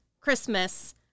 Christmas